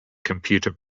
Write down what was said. computer